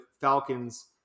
Falcons